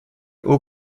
haut